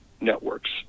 networks